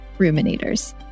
ruminators